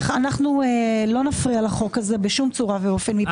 אנחנו לא נפריע לחוק הזה בשום צורה ואופן מבחינתי.